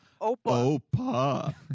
Opa